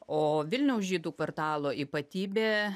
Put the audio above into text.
o vilniaus žydų kvartalo ypatybė